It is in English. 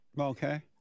Okay